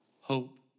hope